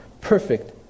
perfect